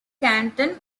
canton